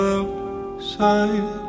Outside